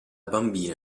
bambina